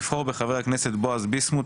לבחור בחבר הכנסת בועז ביסמוט,